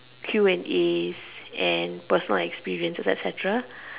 Q and a and personal experiences etcetera